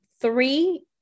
three